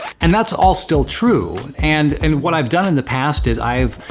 and that's all still true, and and what i've done in the past is, i've,